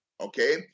okay